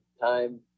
time